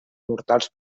mortals